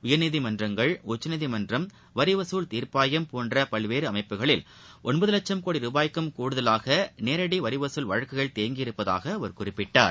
உயர்நீதிமன்றங்கள் உச்சநீதிமன்றம் வரிவசூல் தீர்ப்பாயம் போன்ற பல்வேறு அமைப்புகளில் ஒன்பது லட்சம் கோடி ரூபாய்க்கும் கூடுதலாக நேரடி வரி வசூல் வழக்குகள் தேங்கி இருப்பதாக அவர் குறிப்பிட்டார்